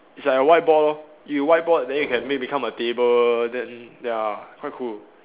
it's like a whiteboard lor you whiteboard then you can make become a table then ya quite cool